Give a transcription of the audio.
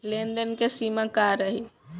लेन देन के सिमा का रही?